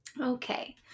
Okay